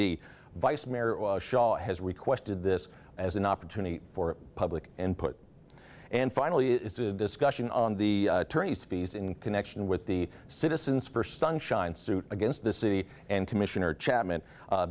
d vice mayor has requested this as an opportunity for public input and finally a discussion on the attorney's fees in connection with the citizens for sunshine suit against the city and commissioner chapman